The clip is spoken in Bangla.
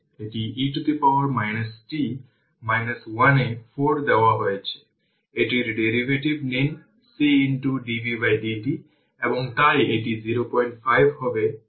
সুতরাং v0 v c 0 10 ভোল্ট এটি দেওয়া হয়েছে এবং τ 04 সেকেন্ড তাই v c v 10 e power t04